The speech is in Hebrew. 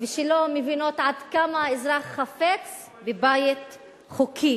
ולא מבינות עד כמה האזרח חפץ בבית חוקי,